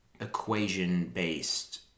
equation-based